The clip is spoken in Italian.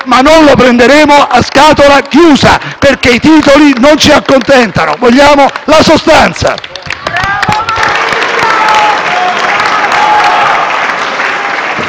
ma non lo prenderemo a scatola chiusa, perché i titoli non ci accontentano, vogliamo la sostanza!